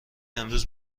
امروز